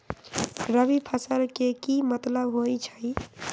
रबी फसल के की मतलब होई छई?